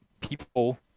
people